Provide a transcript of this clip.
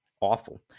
awful